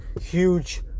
huge